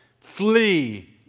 Flee